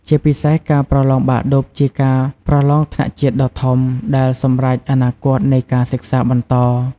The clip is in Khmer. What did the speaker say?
ជាពិសេស ការប្រឡងបាក់ឌុបជាការប្រឡងថ្នាក់ជាតិដ៏ធំ ដែលសម្រេចអនាគតនៃការសិក្សាបន្ត។